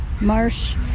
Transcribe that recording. marsh